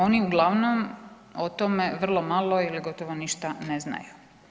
Oni uglavnom o tome vrlo malo ili gotovo ništa ne znaju.